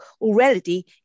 already